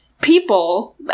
people